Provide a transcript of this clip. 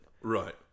Right